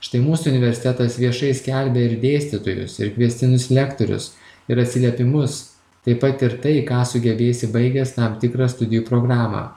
štai mūsų universitetas viešai skelbia ir dėstytojus ir kviestinius lektorius ir atsiliepimus taip pat ir tai ką sugebėsi baigęs tam tikrą studijų programą